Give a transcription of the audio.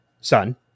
son